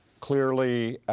clearly